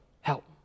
Help